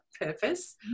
purpose